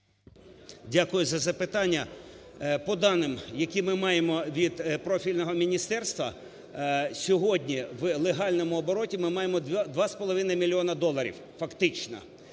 Дякую за запитання. По даним, які ми маємо від профільного міністерства, сьогодні в легальному обороті ми маємо 2,5 мільйони доларів фактично.